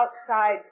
outside